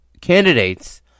candidates